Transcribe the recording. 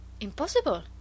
Impossible